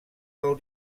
del